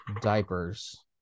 diapers